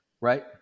right